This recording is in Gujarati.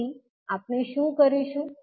તેથી આપણે શું કરીશું